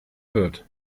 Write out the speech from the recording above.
wird